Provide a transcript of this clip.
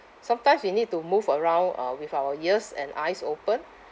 sometimes we need to move around uh with our ears and eyes open